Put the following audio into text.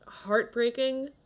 heartbreaking